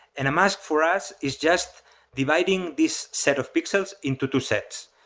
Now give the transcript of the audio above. and a mask for us is just dividing these set of pixels into two sets.